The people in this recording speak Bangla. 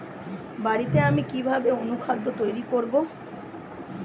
বাড়িতে আমি কিভাবে অনুখাদ্য তৈরি করব?